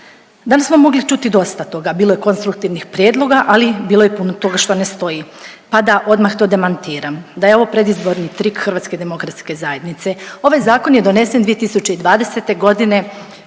Danas smo mogli čuti dosta toga, bilo je konstruktivnih prijedloga, ali bilo je i puno toga što ne stoji, pa da odmah to demantiran, da je ovo predizborni trik HDZ-a. Ovaj zakon je donesen 2020.g.,